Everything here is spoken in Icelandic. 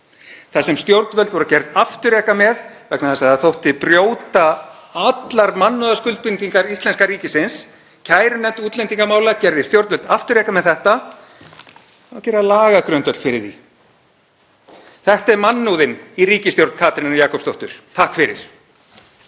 Það sem stjórnvöld voru gerð afturreka með, vegna þess að það þótti brjóta allar mannúðarskuldbindingar íslenska ríkisins, kærunefnd útlendingamála gerði stjórnvöld afturreka með þetta — það á að gera lagagrundvöll fyrir því. Þetta er mannúðin í ríkisstjórn Katrínar Jakobsdóttur, takk fyrir.